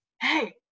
Hey